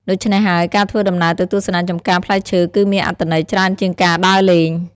ដូច្នេះហើយ ការធ្វើដំណើរទៅទស្សនាចម្ការផ្លែឈើគឺមានអត្ថន័យច្រើនជាងការដើរលេង។